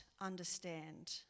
understand